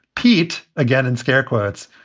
pete, again in scare quotes,